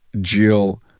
Jill